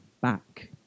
back